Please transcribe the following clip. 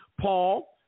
Paul